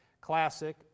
classic